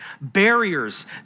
barriers